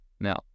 Now